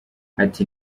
ati